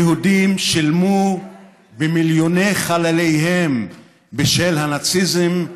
היהודים שילמו במיליוני חלליהם בשל הנאציזם,